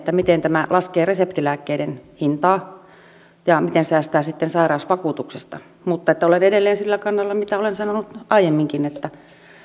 miten tämä laskee reseptilääkkeiden hintaa ja miten säästää sairausvakuutuksesta mutta olen edelleen sillä kannalla mitä olen sanonut aiemminkin että